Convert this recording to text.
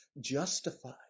justify